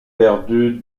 perdu